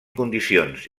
condicions